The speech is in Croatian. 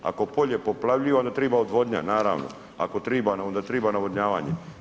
Ako polje poplavljuje onda treba odvodnja naravno, ako treba, onda treba navodnjavanje.